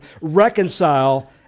reconcile